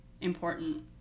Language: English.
important